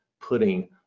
putting